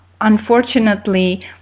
unfortunately